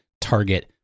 target